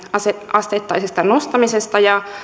asteittaisesta nostamisesta ja